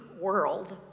world